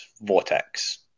vortex